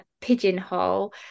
pigeonhole